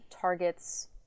targets